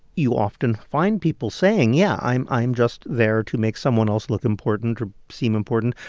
you often find people saying, yeah, i'm i'm just there to make someone else look important or seem important.